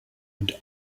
und